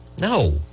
No